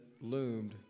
loomed